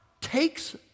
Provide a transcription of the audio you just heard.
takes